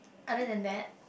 other than that